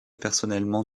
personnellement